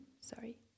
Sorry